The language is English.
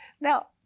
Now